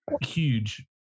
huge